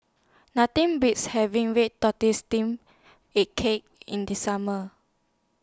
Nothing Beats having Red Tortoise Steamed A Cake in The Summer